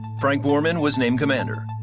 frank borman was named commander.